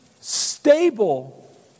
stable